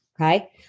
okay